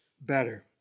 better